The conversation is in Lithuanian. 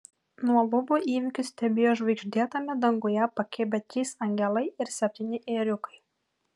nuo lubų įvykius stebėjo žvaigždėtame danguje pakibę trys angelai ir septyni ėriukai